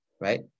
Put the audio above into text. right